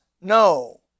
No